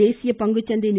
தேசிய பங்குச்சந்தை நி